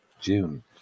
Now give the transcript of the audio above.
June